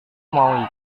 mau